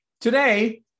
Today